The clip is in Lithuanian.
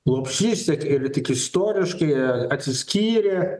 lopšys ir tik istoriškai atsiskyrė